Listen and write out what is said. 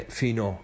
fino